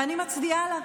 ואני מצדיעה לה,